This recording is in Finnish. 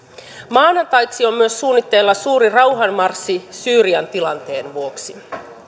maanantaiksi on myös suunnitteilla suuri rauhanmarssi syyrian tilanteen vuoksi